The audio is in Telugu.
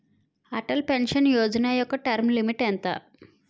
అటల్ పెన్షన్ యోజన యెక్క టర్మ్ లిమిట్ ఎంత?